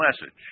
message